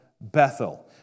Bethel